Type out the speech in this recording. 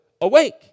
Awake